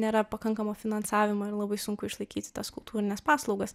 nėra pakankamo finansavimo ir labai sunku išlaikyti tas kultūrines paslaugas